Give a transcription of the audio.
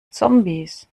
zombies